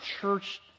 church